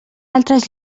altres